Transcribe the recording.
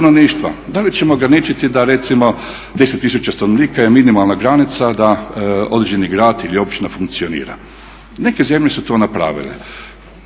da li ćemo ograničiti da recimo 10000 stanovnika je minimalna granica da određeni grad ili općina funkcionira. Neke zemlje su to napravile.